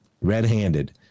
red-handed